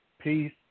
peace